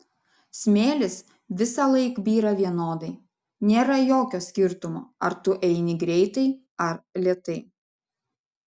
smėlis visąlaik byra vienodai nėra jokio skirtumo ar tu eini greitai ar lėtai